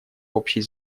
общей